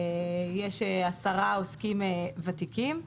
יש עשרה עוסקים ותיקים.